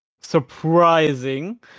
surprising